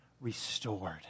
restored